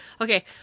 Okay